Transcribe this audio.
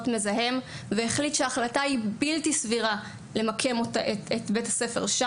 מזהם ופסק שההחלטה למקם שם את בית הספר היא בלתי סבירה.